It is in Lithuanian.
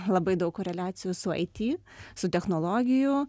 labai daug koreliacijų su it su technologijų